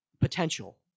potential